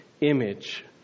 image